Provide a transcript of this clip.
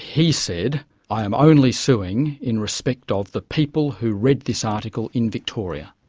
he said i am only suing in respect of the people who read this article in victoria.